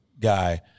Guy